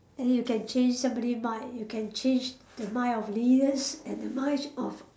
and you can change somebody mind you can the mind of leaders and the mind of